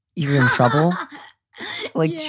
you're in trouble like too.